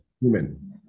human